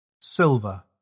Silver